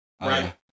right